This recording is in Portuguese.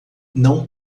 não